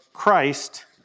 Christ